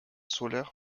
solaires